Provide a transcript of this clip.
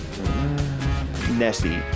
Nessie